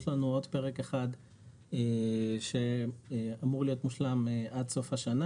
יש לנו עוד פרק אחד שאמור להיות מושלם עד סוף השנה.